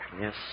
Yes